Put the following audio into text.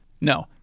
No